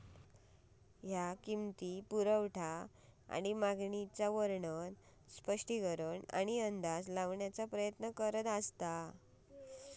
ह्या किंमती, पुरवठा आणि मागणीचो वर्णन, स्पष्टीकरण आणि अंदाज लावण्याचा प्रयत्न करता